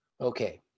okay